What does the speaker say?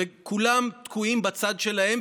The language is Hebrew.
וכולם תקועים בצד שלהם.